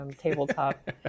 tabletop